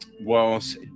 whilst